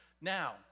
Now